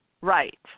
right